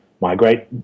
migrate